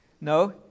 No